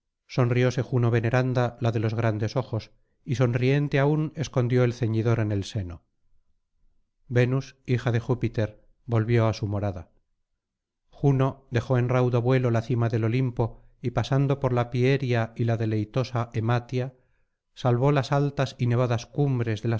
sonrióse juno veneranda la de los grandes ojos y sonriente aún escondió el ceñidor en el seno venus hija de júpiter volvió á su morada juno dejó en raudo vuelo la cima del olimpo y pasando por la pieria y la deleitosa ematia salvó las altas y nevadas cumbres de